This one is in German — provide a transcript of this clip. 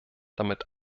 damit